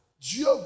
Dieu